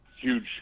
huge